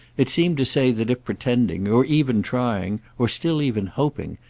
it seemed to say that if pretending, or even trying, or still even hoping,